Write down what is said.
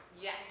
Yes